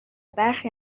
برخی